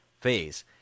phase